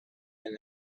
and